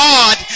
God